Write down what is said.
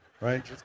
right